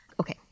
Okay